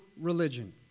religion